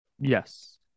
yes